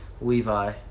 Levi